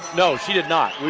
no, she did not,